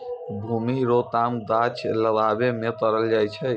भूमि रो काम गाछ लागाबै मे करलो जाय छै